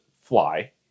fly